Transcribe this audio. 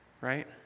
right